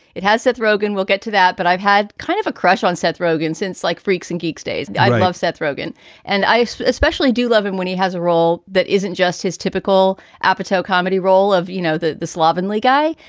it has seth rogen. we'll get to that. but i've had kind of a crush on seth rogen since, like freaks and geeks days. and i love seth rogen and i especially do love him when he has a role that isn't just his typical apatow comedy role of, you know, the the slovenly guy.